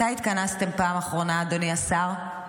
מתי התכנסתם פעם אחרונה, אדוני השר?